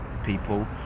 People